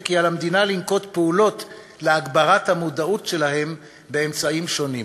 וכי על המדינה לנקוט פעולות להגברת המודעות שלהם באמצעים שונים.